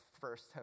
first